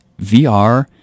vr